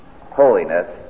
holiness